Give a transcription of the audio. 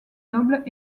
nobles